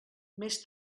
més